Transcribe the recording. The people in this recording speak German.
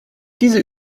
diese